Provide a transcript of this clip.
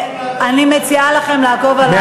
אני מציעה לכם לעקוב על המחשב.